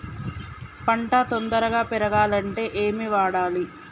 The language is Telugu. పంట తొందరగా పెరగాలంటే ఏమి వాడాలి?